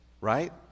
right